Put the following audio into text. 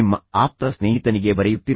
ಈಗ ತೀರ್ಮಾನವು ಹರ್ಷೋದ್ಗಾರವನ್ನು ನೀಡುತ್ತದೆ